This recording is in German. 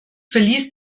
verließ